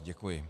Děkuji.